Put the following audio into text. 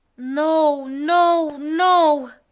no! no! no!